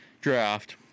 draft